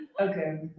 Okay